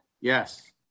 Yes